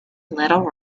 little